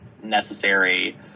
necessary